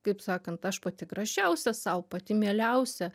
kaip sakant aš pati gražiausia sau pati mieliausia